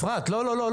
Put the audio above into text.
לא,